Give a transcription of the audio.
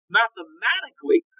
mathematically